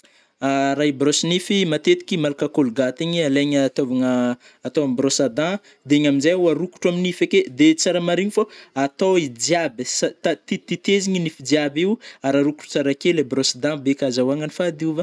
Rah hi-brôsy nify matetiky malaka colgaty igny alaigny ataôvigna -atao am brosse à dent de igny amnjay o arokotro am nify ake, de tsara marihigny fô atô I jiaby ai sady ti- tititezigny nify jiaby io ary arokotro tsra ake le brosse à dent beky azahoagna ny fahadiovagna.